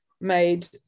made